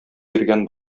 йөргән